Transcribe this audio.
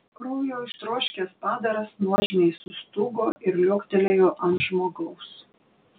kraujo ištroškęs padaras nuožmiai sustūgo ir liuoktelėjo ant žmogaus